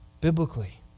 biblically